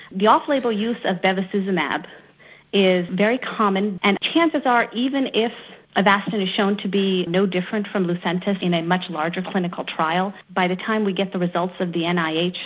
the off label use of bevacizumab is very common and chances are, even if avastin is shown to be no different from lucentis in a much larger clinical trial, by the time we get the results of the and nih,